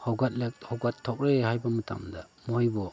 ꯍꯧꯒꯠꯂ ꯍꯧꯒꯠꯇꯣꯔꯦ ꯍꯥꯏꯕ ꯃꯇꯝꯗ ꯃꯣꯏꯕꯨ